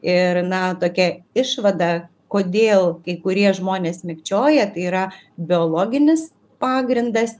ir na tokia išvada kodėl kai kurie žmonės mikčioja tai yra biologinis pagrindas